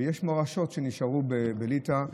ויש מורשות שנשארו בליטא.